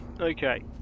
Okay